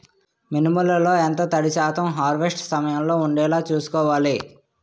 మినుములు లో ఎంత తడి శాతం హార్వెస్ట్ సమయంలో వుండేలా చుస్కోవాలి?